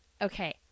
Okay